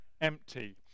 empty